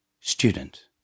Student